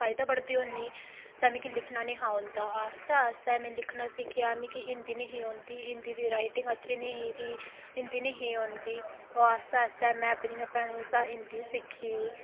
कायदा पढ़दी होन्नी ते मिगी लिखना नेईं हा औंदा आस्तै आस्तै में लिखना सिक्खेआ मिगी हिंदी नेईं ही औंदी हिंदी दी रायटिंग अच्छी नेईं थी हिंदी नेईं ही औंदी ओह् आस्तै आस्तै अपनियें शा थमां हिंदी सिक्खी